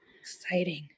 Exciting